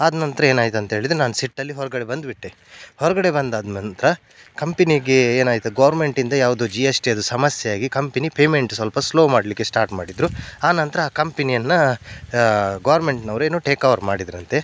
ಆದ ನಂತರ ಏನಾಯ್ತು ಅಂತೇಳಿದರೆ ನಾನು ಸಿಟ್ಟಲ್ಲಿ ಹೊರಗಡೆ ಬಂದುಬಿಟ್ಟೆ ಹೊರಗಡೆ ಬಂದಾದ ನಂತರ ಕಂಪೆನಿಗೆ ಏನಾಯಿತು ಗೌರ್ಮೆಂಟಿಂದ ಯಾವ್ದೋ ಜಿ ಎಸ್ ಟಿಯದ್ದು ಸಮಸ್ಯೆಯಾಗಿ ಕಂಪೆನಿ ಪೇಮೆಂಟ್ ಸ್ವಲ್ಪ ಸ್ಲೋ ಮಾಡಲಿಕ್ಕೆ ಸ್ಟಾರ್ಟ್ ಮಾಡಿದರು ಆನಂತರ ಆ ಕಂಪೆನಿಯನ್ನು ಗೌರ್ಮೆಂಟಿನವ್ರು ಏನೋ ಟೇಕ್ಓವರ್ ಮಾಡಿದರಂತೆ